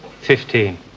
Fifteen